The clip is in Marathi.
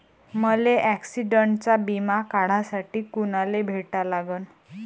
मले ॲक्सिडंटचा बिमा काढासाठी कुनाले भेटा लागन?